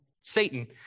Satan